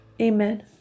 Amen